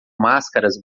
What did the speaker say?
máscaras